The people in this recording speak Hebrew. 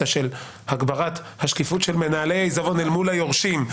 הגברת השקיפות של מנהלי העיזבון אל מול היורשים,